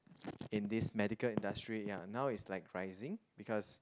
in this medical industry ya now is like rising because